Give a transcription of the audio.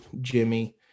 Jimmy